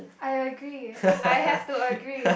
I agree I have to agree